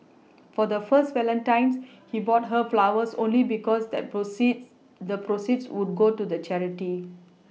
for their first Valentine's he bought her flowers only because they proceeds the proceeds would go to the charity